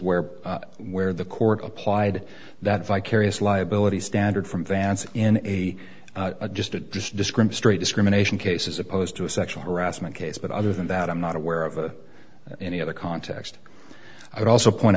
where where the court applied that vicarious liability standard from dancing in a a just a just descript straight discrimination case is opposed to a sexual harassment case but other than that i'm not aware of any other context i would also point